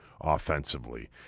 offensively